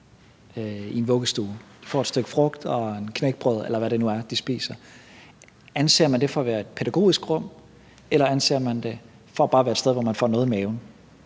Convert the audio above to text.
i en vuggestue. De får et stykke frugt og et stykke knækbrød, eller hvad det nu er, de spiser. Anser man det for at være et pædagogisk rum, eller anser man det for bare at være et sted, hvor man får noget i maven?